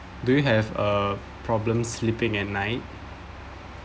do you have a problem sleeping at night